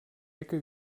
ecke